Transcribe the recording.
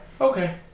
Okay